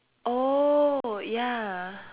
oh ya